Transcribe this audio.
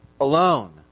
Alone